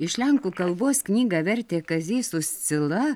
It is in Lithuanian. iš lenkų kalbos knygą vertė kazys uscila